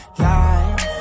life